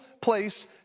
place